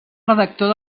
redactor